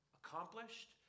accomplished